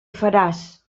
faràs